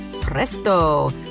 presto